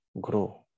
grow